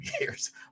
years